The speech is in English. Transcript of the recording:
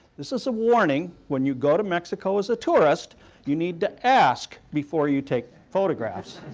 this is a warning, when you go to mexico as a tourist you need to ask before you take photographs.